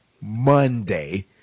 Monday